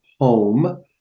home